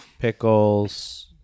pickles